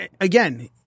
again